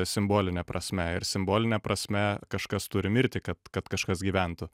simboline prasme ir simboline prasme kažkas turi mirti kad kad kažkas gyventų